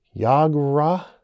Yagra